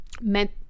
meant